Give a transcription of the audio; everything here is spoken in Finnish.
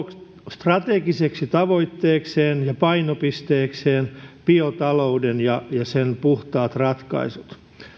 strategiseksi tavoitteekseen ja painopisteekseen biotalouden ja sen puhtaat ratkaisut